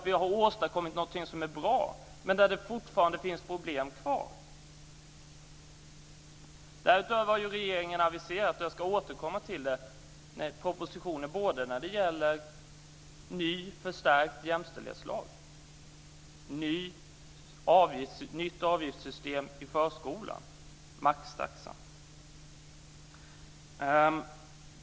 Vi har ju åstadkommit något som är bra, men det finns fortfarande problem kvar. Därutöver har regeringen aviserat - och jag ska återkomma till det - propositioner både när det gäller en ny förstärkt jämställdhetslag och ett nytt avgiftssystem i förskolan, den s.k. maxtaxan.